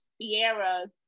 Sierra's